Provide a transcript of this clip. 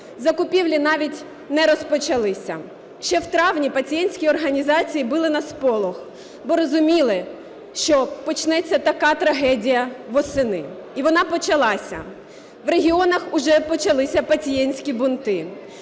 закупівлі навіть не розпочалися. Ще в травні пацієнтські організації били на сполох, бо розуміли, що почнеться така трагедія восени. І вона почалася. В регіонах уже почалися пацієнтські бунти.